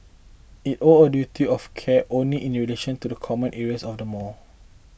it owed a duty of care only in relation to the common areas of the mall